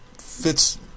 fits